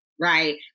Right